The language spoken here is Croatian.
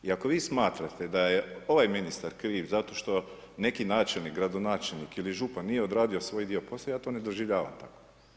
I ako vi smatrate da je ovaj ministar kriv zato što neki načelnik, gradonačelnik ili župan nije odradio svoj dio posla, ja to ne doživljavam tako.